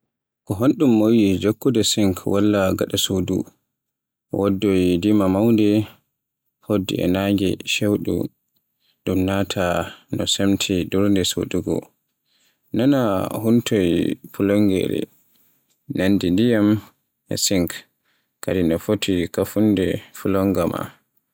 Ko honɗun moƴƴi jokkude sink walla gada suudu. Woddoy ndiyam mawnde, hl hoddi naange cewndo, ɗum naata no semti ɓurnde suusude. Nana huutoy plungere, Nanndi ndiyam yahade e sink kadi no foti kaffunde plunger maa.